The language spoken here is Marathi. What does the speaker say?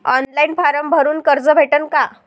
ऑनलाईन फारम भरून कर्ज भेटन का?